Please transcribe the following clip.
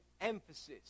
emphasis